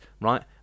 right